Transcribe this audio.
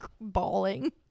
bawling